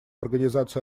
организацию